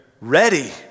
Ready